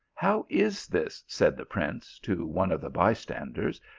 how is this, said the prince to one of the by standers,